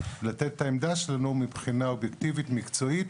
לתת את העמדה שלנו מבחינה אובייקטיבית ומקצועית